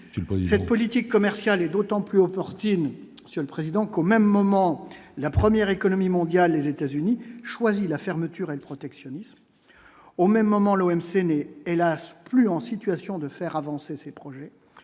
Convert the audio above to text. cette politique commerciale est d'autant plus reporting Monsieur le Président, qu'au même moment la 1ère économie mondiale, les États-Unis choisi la fermeture et le protectionnisme au même moment, l'OMC n'est hélas plus en situation de faire avancer ses projets